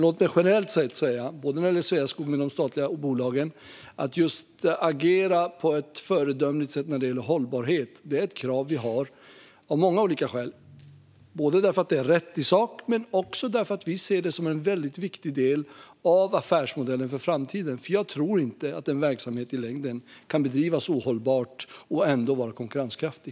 Låt mig generellt sett säga att när det gäller Sveaskog och de andra statliga bolagen är det ett krav att man ska agera på ett föredömligt sätt när det gäller hållbarhet. Det är ett krav vi har av många olika skäl. Det är rätt i sak, men vi ser det också som en väldigt viktig del av affärsmodellen för framtiden. Jag tror inte att en verksamhet i längden kan bedrivas ohållbart och ändå vara konkurrenskraftig.